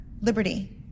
Liberty